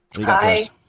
Hi